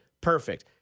perfect